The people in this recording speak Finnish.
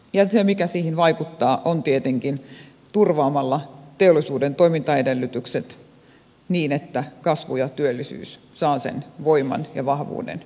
se mikä siihen vaikuttaa on tietenkin se että turvataan teollisuuden toimintaedellytykset niin että kasvu ja työllisyys saavat sen voiman ja vahvuuden nousta